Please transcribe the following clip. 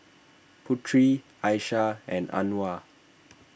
Putri Aisyah and Anuar